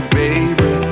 baby